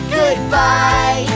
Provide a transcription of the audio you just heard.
goodbye